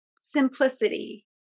simplicity